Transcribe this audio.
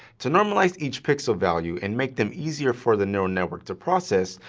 to normalize each pixel value and make them easier for the neural network to process,